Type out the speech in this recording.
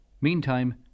Meantime